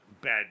bad